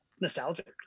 nostalgic